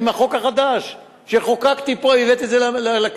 עם החוק החדש שחוקקתי פה,